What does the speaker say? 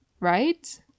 right